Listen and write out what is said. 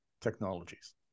technologies